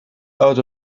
out